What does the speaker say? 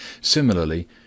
Similarly